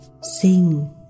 sing